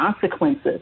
consequences